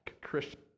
Christian